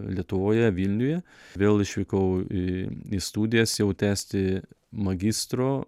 lietuvoje vilniuje vėl išvykau i į studijas jau tęsti magistro